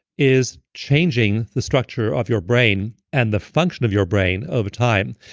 is changing the structure of your brain and the function of your brain over time.